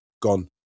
gone